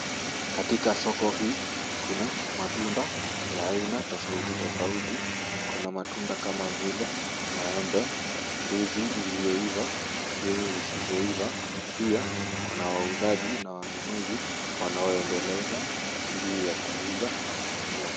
Katika soko hii, kuna matunda ya aina tofauti tofauti. Kuna matunda kama vile maembe, ndizi iliyoiva, ndizi zisizoiva. Pia kuna wauzaji na wanunuzi wanaoendelea na shughuli ya kuuza na kununua.